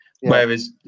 Whereas